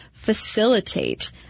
facilitate